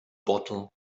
bottle